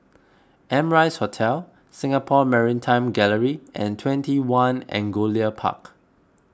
Amrise Hotel Singapore Maritime Gallery and twenty one Angullia Park